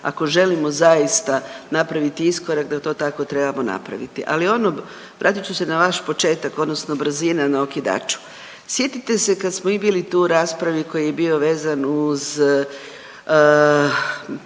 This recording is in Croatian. ako želimo zaista napraviti iskorak da to tako trebamo napraviti. Ali ono, vratit ću se na vaš početak odnosno brzina na okidaču. Sjetite se kad smo mi bili tu u raspravi koji je bio vezan uz